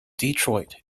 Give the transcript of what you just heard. detroit